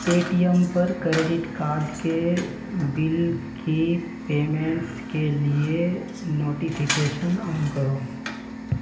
پے T M پر credit card کے bill کی پیمنٹس کے لیے نوٹیفیکیشن آن کرو